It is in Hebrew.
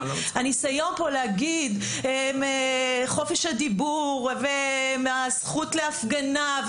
הניסיון פה להגיד חופש הדיבור והזכות להפגנה,